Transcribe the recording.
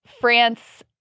France